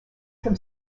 from